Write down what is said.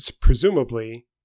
presumably